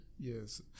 Yes